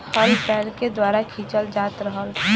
हल बैल के द्वारा खिंचल जात रहल